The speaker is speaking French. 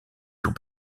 tout